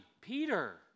Peter